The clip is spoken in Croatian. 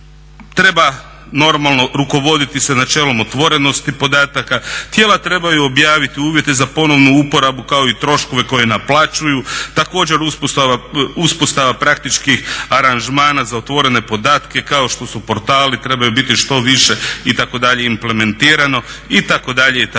treba normalno rukovoditi se načelom otvorenosti podataka, tijela trebaju objaviti uvjete za ponovnu uporabu kao i troškove koje naplaćuju, također uspostava praktičkih aranžmana za otvorene podatke kao što su portali, treba ih biti što više itd. implementirano itd., itd.